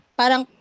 parang